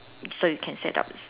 so you can set up